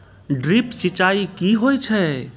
Drip सिंचाई कि होय छै?